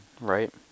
Right